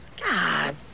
god